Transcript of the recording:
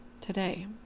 today